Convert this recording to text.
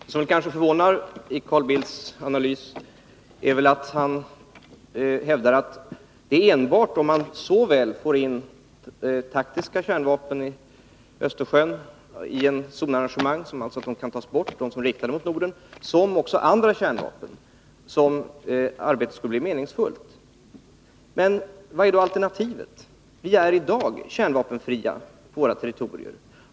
Herr talman! Vad som förvånar i Carl Bildts analys är väl att han hävdar att arbetet skulle bli meningsfullt enbart om man får in såväl taktiska kärnvapen i Östersjön i ett zonarrangemang — så att alltså de vapen som är riktade mot Norden kan tas bort — som andra kärnvapen. Men vad är alternativet? Vi är i dag kärnvapenfria i våra territorier.